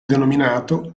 denominato